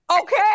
okay